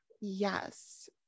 Yes